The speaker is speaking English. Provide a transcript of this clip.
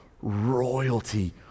royalty